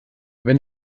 wenn